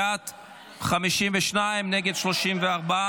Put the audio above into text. בעד 52, נגד, 34,